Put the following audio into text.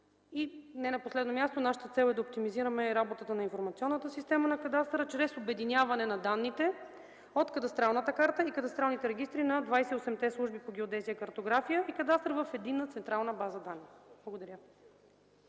И не на последно място, нашата цел е да оптимизираме работата на информационната система на кадастъра чрез обединяване на данните от кадастралната карта и кадастралните регистри на 28-те служби по геодезия, картография и кадастър в единна централна база данни. Благодаря.